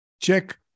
check